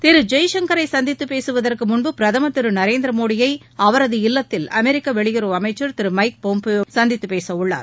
திரு ஜெய்சங்கரை சந்தித்து பேசுவதற்கு முன்பு பிரதமர் திரு நரேந்திர மோடியை அவரது இல்லத்தில் அமெரிக்க வெளியுறவு அமைச்சர் திரு மைக் பாம்பியோ சந்தித்து பேசவுள்ளார்